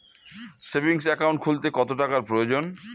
Savings account খুলতে কত টাকার প্রয়োজন?